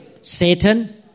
Satan